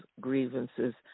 grievances